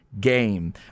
game